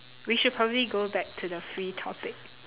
we should probably go back to the free topic